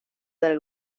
del